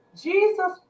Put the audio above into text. Jesus